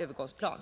hushållslärare.